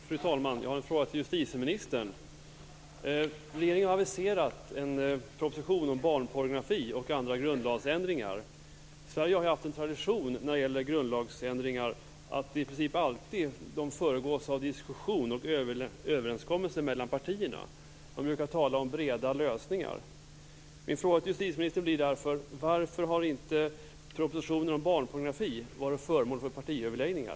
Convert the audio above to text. Fru talman! Jag har en fråga till justitieministern. Regeringen har aviserat en proposition om barnpornografi och andra grundlagsändringar. Sverige har haft en tradition när det gäller grundlagsändringar att de i princip alltid föregås av diskussioner och överenskommelser mellan partierna. Man brukar tala om breda lösningar. Min fråga till justitieministern blir därför: Varför har inte propositionen om barnpornografi varit föremål för partiöverläggningar?